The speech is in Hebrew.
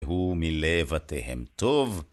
והוא מלא בתיהם טוב,